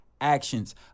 actions